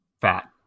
fat